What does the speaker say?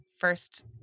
first